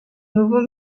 nouveau